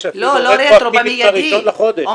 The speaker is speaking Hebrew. יש, אפילו רטרואקטיבית בראשון לחודש.